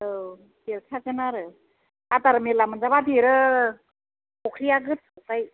औ देरखागोन आरो आदार मेल्ला मोनजाबा देरो फख्रिया गोथौखाय